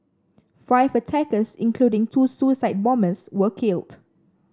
five attackers including two suicide bombers were killed